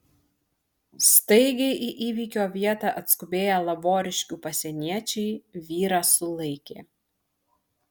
staigiai į įvykio vietą atskubėję lavoriškių pasieniečiai vyrą sulaikė